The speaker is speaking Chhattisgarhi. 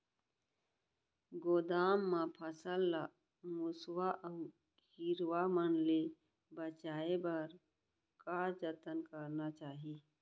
गोदाम मा फसल ला मुसवा अऊ कीरवा मन ले बचाये बर का जतन करना चाही?